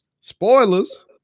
spoilers